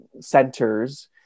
centers